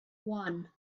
one